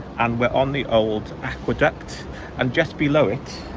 and we're on the old aqueduct and just below it,